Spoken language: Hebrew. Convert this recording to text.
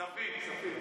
כספים, כספים.